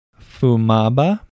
Fumaba